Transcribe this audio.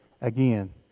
again